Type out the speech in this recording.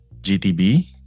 GTB